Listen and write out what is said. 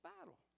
battle